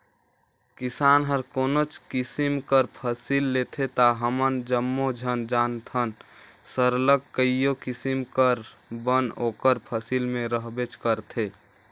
किसान हर कोनोच किसिम कर फसिल लेथे ता हमन जम्मो झन जानथन सरलग कइयो किसिम कर बन ओकर फसिल में रहबेच करथे